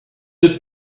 have